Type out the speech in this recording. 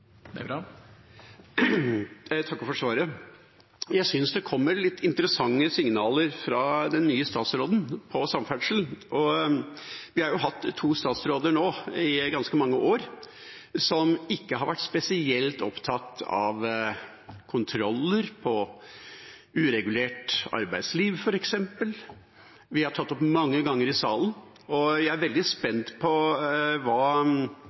Jeg takker for svaret. Jeg synes det kommer litt interessante signaler fra den nye statsråden om samferdsel. Vi har gjennom ganske mange år hatt to statsråder som ikke har vært spesielt opptatt av kontroller av uregulert arbeidsliv, f.eks. Vi har tatt det opp mange ganger i salen. Jeg er veldig spent på hva